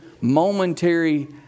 momentary